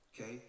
okay